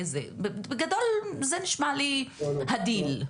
בגדול זה נשמע לי הדיל.